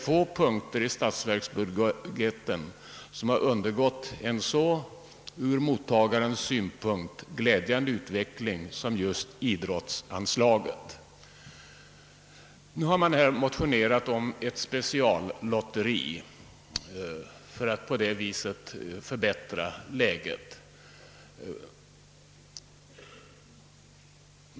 Få punkter i statsbudgeten har undergått en ur mottagarens synpunkt så glädjande utveckling som idrottsanslaget. Nu har man här motionerat om ett speciallotteri som skulle förbättra den ekonomiska ställningen.